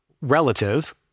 relative